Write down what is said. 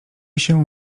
się